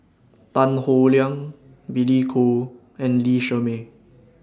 Tan Howe Liang Billy Koh and Lee Shermay